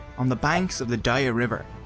on the banks of the daya river,